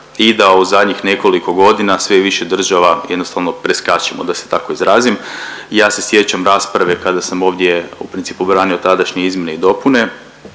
i da u zadnjih nekoliko godina sve više država jednostavno preskačemo, da se tako izrazim. Ja se sjećam rasprave kada sam ovdje u principu, branio tadašnje izmjene i dopune